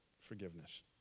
forgiveness